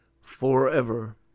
forever